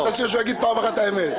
לא, שיגיד פעם אחת את האמת, אני רוצה לדעת.